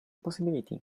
possibility